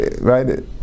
right